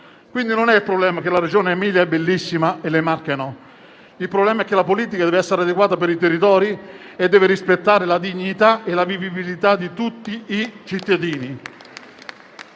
Quindi il problema non è che la Regione Emilia è bellissima e non lo è le Marche. Il problema è che la politica deve essere adeguata per i territori e deve rispettare la dignità e la vivibilità di tutti i cittadini.